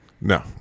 No